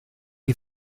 you